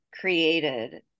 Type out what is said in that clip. created